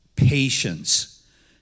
Patience